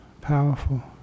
powerful